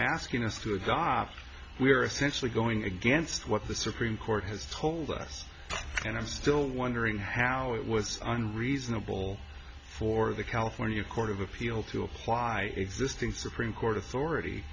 asking us to gob we are essentially going against what the supreme court has told us and i'm still wondering how it was unreasonable for the california court of appeal to apply existing supreme court authority